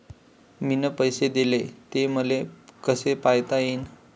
मिन पैसे देले, ते मले कसे पायता येईन?